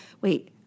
wait